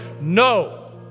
No